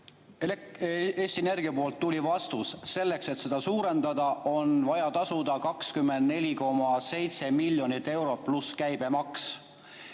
Eesti Energialt tuli vastus: selleks, et seda suurendada, on vaja tasuda 24,7 miljonit eurot pluss käibemaks.